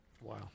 wow